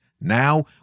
Now